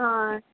आं